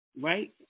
right